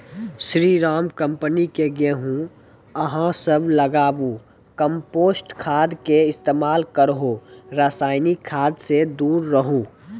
स्री Ram company के गेहूँ अहाँ सब लगाबु कम्पोस्ट खाद के इस्तेमाल करहो रासायनिक खाद से दूर रहूँ?